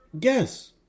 Yes